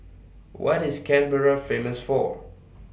What IS Canberra Famous For